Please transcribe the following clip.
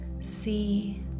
see